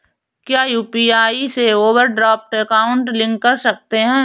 क्या यू.पी.आई से overdraft account link कर सकते हैं?